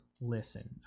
Listen